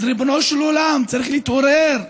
אז ריבונו של עולם, צריך להתעורר.